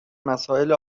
مسائل